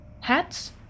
Hats